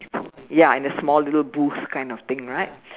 ya in a small little booth kind of thing right